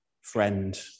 friend